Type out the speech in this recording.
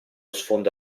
sfondo